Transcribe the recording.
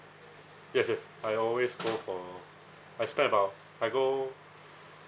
yes yes I always go for I spend about I go